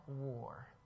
war